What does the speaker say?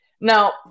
now